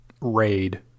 raid